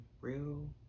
real